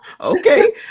Okay